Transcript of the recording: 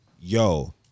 yo